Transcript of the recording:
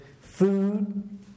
food